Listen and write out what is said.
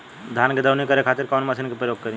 धान के दवनी करे खातिर कवन मशीन के प्रयोग करी?